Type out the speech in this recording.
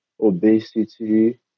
obesity